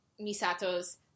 Misato's